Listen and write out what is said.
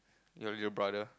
you and your brother